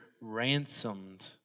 ransomed